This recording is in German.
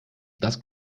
das